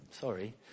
sorry